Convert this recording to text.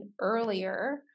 earlier